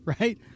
right